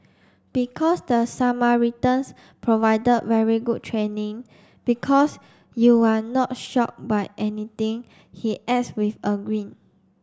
because the Samaritans provided very good training because you're not shocked by anything he adds with a grin